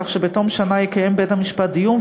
כך שבתום שנה יקיים בית-המשפט דיון,